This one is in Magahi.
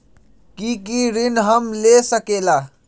की की ऋण हम ले सकेला?